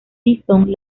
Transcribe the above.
bison